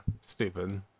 Stupid